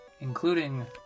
Including